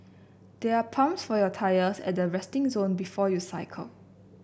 there are pumps for your tyres at the resting zone before you cycle